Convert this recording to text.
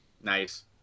Nice